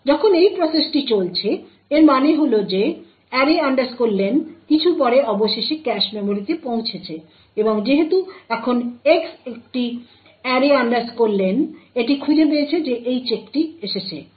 যখন এই প্রসেসটি চলছে এর মানে হল যে array len কিছু পরে অবশেষে ক্যাশ মেমরিতে পৌঁছেছে এবং যেহেতু এখন X একটি array len এটি খুঁজে পেয়েছে যে এই চেকটি এসেছে